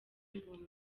imbunda